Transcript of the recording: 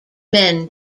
men